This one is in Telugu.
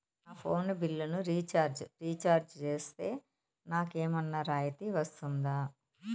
నా ఫోను బిల్లును రీచార్జి రీఛార్జి సేస్తే, నాకు ఏమన్నా రాయితీ వస్తుందా?